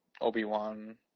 Obi-Wan